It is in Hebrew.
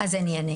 אני אענה.